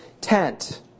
tent